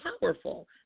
powerful